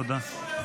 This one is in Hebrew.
תודה.